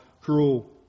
cruel